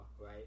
right